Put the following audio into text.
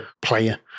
player